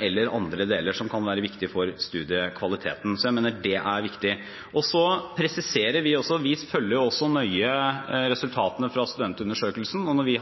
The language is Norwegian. eller andre deler som kan være viktige for studiekvaliteten. Så jeg mener det er viktig. Jeg vil presisere at vi følger også nøye resultatene fra studentundersøkelsen. Når vi